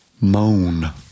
Moan